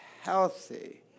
healthy